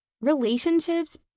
Relationships